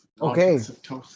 Okay